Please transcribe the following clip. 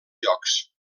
jocs